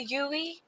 Yui